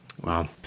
Wow